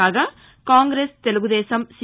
కాగా కాంగ్రెస్ తెలుగుదేశం సి